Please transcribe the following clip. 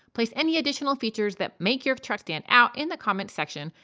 place any additional features that make your truck stand out in the comments section.